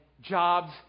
Jobs